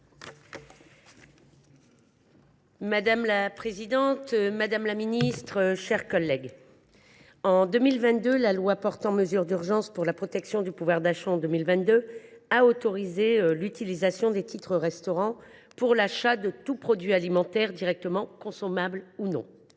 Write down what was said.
Madame la présidente, madame la ministre, mes chers collègues, la loi du 16 août 2022 portant mesures d’urgence pour la protection du pouvoir d’achat a autorisé l’utilisation des titres restaurant pour l’achat de tout produit alimentaire, directement consommable ou non.